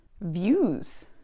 views